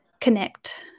connect